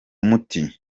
muti